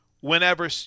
whenever